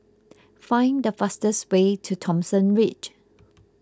find the fastest way to Thomson Ridge